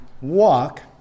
walk